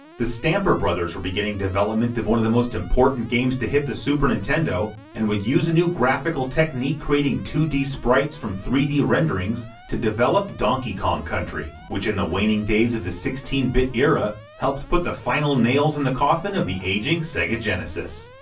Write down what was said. the stamper brothers were beginning development of one of the most important games to hit the super nintendo, and would use a new graphical technique creating two d sprites from three d renderings to develop donkey kong country, which in the waning days of the sixteen bit era helped put the final nails in the coffin of the aging sega genesis.